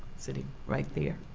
sitting right there,